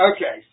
Okay